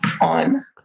on